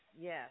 yes